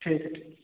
ठीक है ठीक